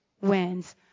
Wins